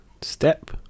step